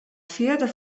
fierder